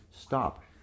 Stop